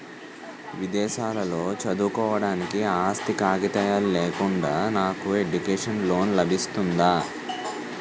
విదేశాలలో చదువుకోవడానికి ఆస్తి కాగితాలు లేకుండా నాకు ఎడ్యుకేషన్ లోన్ లబిస్తుందా?